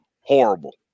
horrible